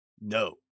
No